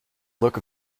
look